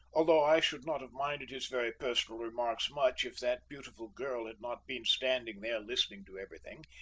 although i should not have minded his very personal remarks much if that beautiful girl had not been standing there listening to everything.